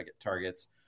targets